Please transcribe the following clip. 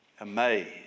amazed